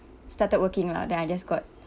started working lah then I just got